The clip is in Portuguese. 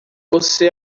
você